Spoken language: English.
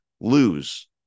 lose